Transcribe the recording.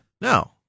No